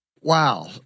Wow